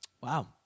Wow